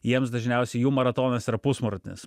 jiems dažniausiai jų maratonas yra pusmaratonis